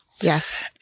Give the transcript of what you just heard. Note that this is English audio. Yes